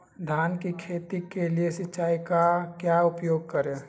धान की खेती के लिए सिंचाई का क्या उपयोग करें?